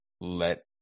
let